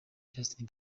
justin